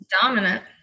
Dominant